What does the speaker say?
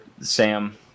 Sam